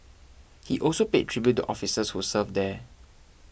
he also paid tribute to officers who served there